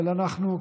אבל אנחנו,